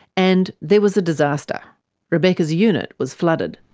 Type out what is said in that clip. and, there was a disaster rebecca's unit was flooded.